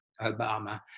Obama